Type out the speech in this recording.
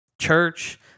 church